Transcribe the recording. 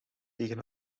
tegen